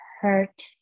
hurt